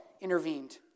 intervened